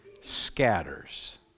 scatters